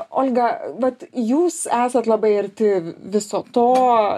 olga vat jūs esat labai arti viso to